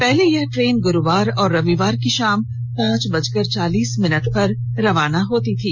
पहले यह ट्रेन ग्रुवार और रविवार की शाम पांच बजकर चालीस मिनट पर रवाना होती थी